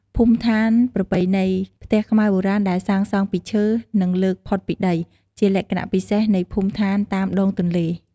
ភូមិដ្ឋានប្រពៃណី ផ្ទះខ្មែរបុរាណដែលសាងសង់ពីឈើ និងលើកផុតពីដី ជាលក្ខណៈពិសេសនៃភូមិឋានតាមដងទន្លេ។